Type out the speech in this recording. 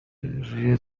روی